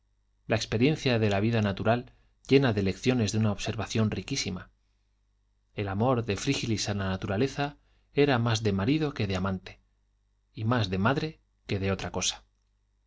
la experiencia de la vida natural llena de lecciones de una observación riquísima el amor de frígilis a la naturaleza era más de marido que de amante y más de madre que de otra cosa